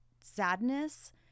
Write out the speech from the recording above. sadness